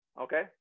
okay